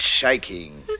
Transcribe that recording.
shaking